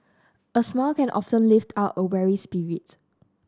a smile can often lift up a weary spirit